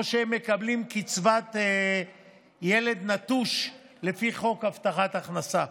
או שהם מקבלים קצבת ילד נטוש לפי חוק הבטחת הכנסה.